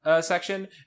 section